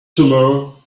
tomorrow